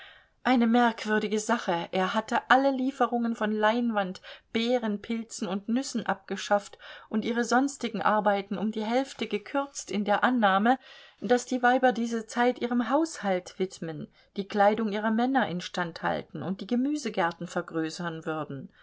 eine merkwürdige sache er hatte alle lieferungen von leinwand beeren pilzen und nüssen abgeschafft und ihre sonstigen arbeiten um die hälfte gekürzt in der annahme daß die weiber diese zeit ihrem haushalt widmen die kleidung ihrer männer instand halten und die gemüsegärten vergrößern würden